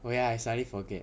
oh ya I suddenly forget